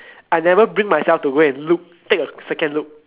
I never bring myself to go and look take a second look